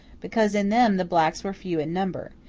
because in them the blacks were few in number,